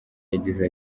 yagize